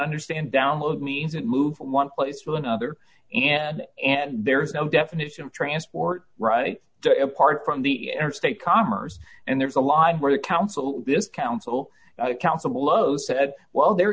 understand download me move from one place to another and and there's no definition of transport right to apart from the interstate commerce and there's a line where the council this council accountable oh said well they're